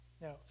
Now